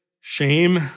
shame